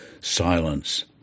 Silence